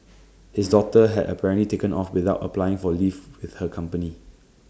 his daughter had apparently taken off without applying for leave with her company